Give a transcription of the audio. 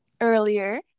earlier